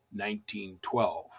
1912